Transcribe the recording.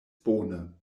bone